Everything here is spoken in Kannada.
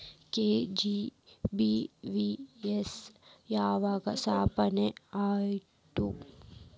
ಕೆ.ಜಿ.ಬಿ.ವಿ.ವಾಯ್ ಯಾವಾಗ ಸ್ಥಾಪನೆ ಆತು?